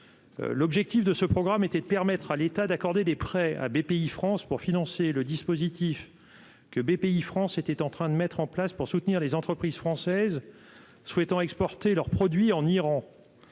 l'objectif de ce programme était de permettre à l'État d'accorder des prêts à BPIFrance pour financer le dispositif que BPI France était en train de mettre en place pour soutenir les entreprises françaises souhaitant exporter leurs produits en Iran,